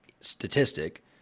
statistic